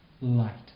light